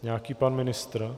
Nějaký pan ministr.